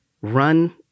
run